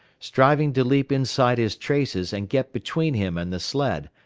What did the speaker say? striving to leap inside his traces and get between him and the sled,